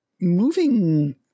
moving